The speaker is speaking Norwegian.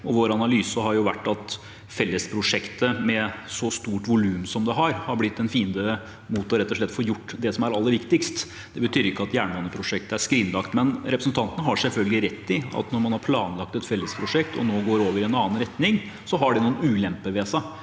Vår analyse har vært at fellesprosjektet, med et så stort volum som det har, rett og slett er blitt en fiende mot å få gjort det som er aller viktigst. Det betyr ikke at jernbaneprosjektet er skrinlagt. Men representanten Wold har selvfølgelig rett i at når man har planlagt et fellesprosjekt og nå går over i en annen retning, har det noen ulemper ved seg